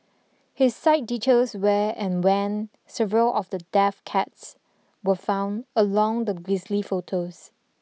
his site details where and when several of the deaf cats were found along with grisly photos